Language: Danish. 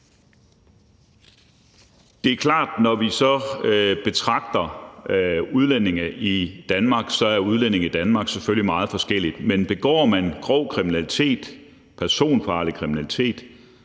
Det er klart, at når vi så betragter udlændinge i Danmark, er udlændinge i Danmark selvfølgelig meget forskellige, men begår man grov kriminalitet, personfarlig kriminalitet,